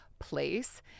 place